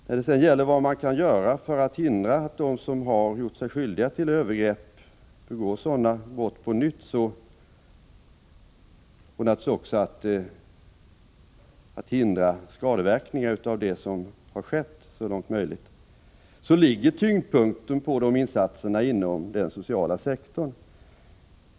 Vad beträffar åtgärderna för att hindra att de som gjort sig skyldiga till övergrepp begår sådana brott på nytt och naturligtvis för att så långt möjligt hindra skadeverkningar av det som redan skett ligger tyngdpunkten på insatser inom den sociala sektorn.